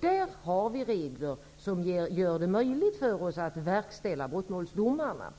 Vi har där regler som gör det möjligt för oss att verkställa brottmålsdomarna.